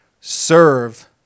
Serve